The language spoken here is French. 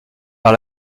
par